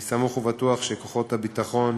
אני סמוך ובטוח שכוחות הביטחון